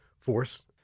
force